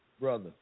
Brother